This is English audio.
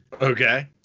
Okay